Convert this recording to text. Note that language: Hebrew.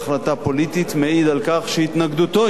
על כך שהתנגדותו היא התנגדות פוליטית.